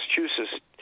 Massachusetts